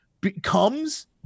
becomes